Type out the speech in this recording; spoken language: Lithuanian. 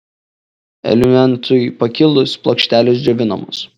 eliuentui pakilus plokštelės džiovinamos